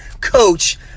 coach